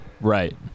right